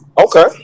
Okay